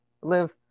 live